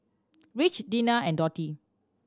Rich Dena and Dotty